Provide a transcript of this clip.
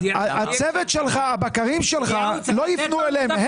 הצוות שלך, הבקרים שלך, לא יפנו אליו אלא